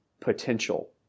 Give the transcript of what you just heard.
potential